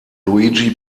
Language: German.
luigi